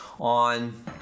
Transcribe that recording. on